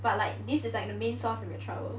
but like this is like the main source of your childhood